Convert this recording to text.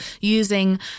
using